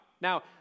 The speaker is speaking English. Now